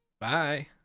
bye